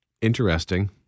interesting